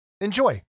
Enjoy